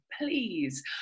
please